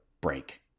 break